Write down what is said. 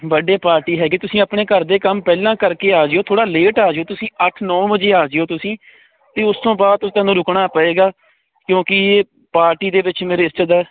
birthday party ਹੈਗੀ ਤੁਸੀਂ ਆਪਣੇ ਘਰ ਦੇ ਕੰਮ ਪਹਿਲਾਂ ਕਰਕੇ ਆ ਜਿਓ ਥੋੜਾ ਲੇਟ ਆ ਜਿਓ ਤੁਸੀਂ ਅੱਠ ਨੋ ਵਜੇ ਆ ਜਿਓ ਤੁਸੀਂ ਤੇ ਉਸ ਤੋਂ ਬਾਅਦ ਤੁਹਾਨੂੰ ਰੁਕਣਾ ਪਏਗਾ ਕਿਉਂਕਿ ਇਹ ਪਾਰਟੀ ਦੇ ਵਿੱਚ ਮੇਰੇ ਰਿਸ਼ਤੇਦਾਰ